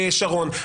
שרון,